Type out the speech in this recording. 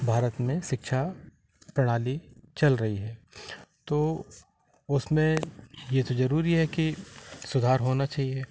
भारत में शिक्षा प्रणाली चल रही है तो उसमें यह तो ज़रूरी है कि सुधार होना चहिए